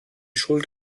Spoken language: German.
schuld